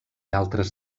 altres